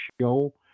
show